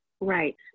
Right